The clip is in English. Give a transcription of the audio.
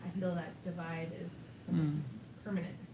feel that divide is permanent.